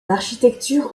architecture